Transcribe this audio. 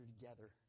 together